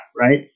right